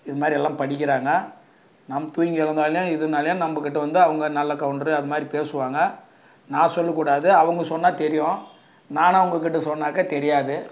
இதுமாதிரி எல்லாம் படிக்கிறாங்க நம்ம தூங்கி எழுந்தோடனே எதுன்னாலும் நம்மக்கிட்டே வந்து அவங்க நல்ல கவுண்டர் அதுமாதிரி பேசுவாங்க நான் சொல்லக்கூடாது அவங்க சொன்னா தெரியும் நானாக உங்கக்கிட்டே சொன்னாக்கா தெரியாது